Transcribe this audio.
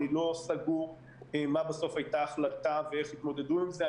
אני לא סגור מה בסוף היתה ההחלטה ואיך התמודדו עם זה.